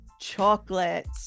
chocolate